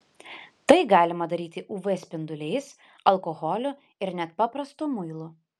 tai galima daryti uv spinduliais alkoholiu ir net paprastu muilu